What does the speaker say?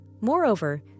Moreover